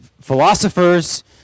philosophers